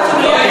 לא יהיה